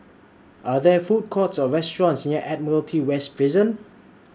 Are There Food Courts Or restaurants near Admiralty West Prison